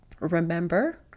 remember